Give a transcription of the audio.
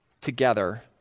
together